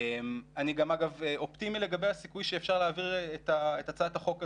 אני גם אופטימי לגבי הסיכוי שאפשר להעביר את הצעת החוק הזאת.